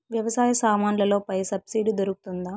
వ్యవసాయ సామాన్లలో పై సబ్సిడి దొరుకుతుందా?